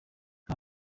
nta